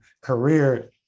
career